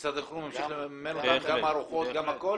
משרד החינוך ממשיך לממן את הארוחות והכל?